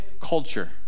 culture